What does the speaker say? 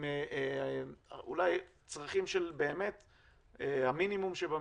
עם צרכים של המינימום במינימום,